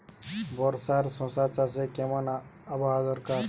বর্ষার শশা চাষে কেমন আবহাওয়া দরকার?